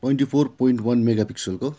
twenty four point one mega पिक्सेलको